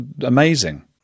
amazing